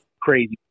crazy